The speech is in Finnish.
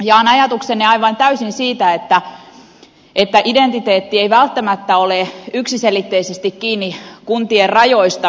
jaan ajatuksenne aivan täysin siitä että identiteetti ei välttämättä ole yksiselitteisesti kiinni kuntien rajoista